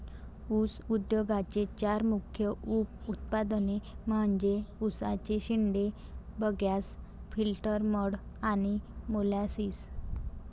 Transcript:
ऊस उद्योगाचे चार मुख्य उप उत्पादने म्हणजे उसाचे शेंडे, बगॅस, फिल्टर मड आणि मोलॅसिस